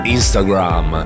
Instagram